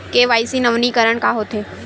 KYC नवीनीकरण का होथे?